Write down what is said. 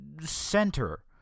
center